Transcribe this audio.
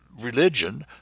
religion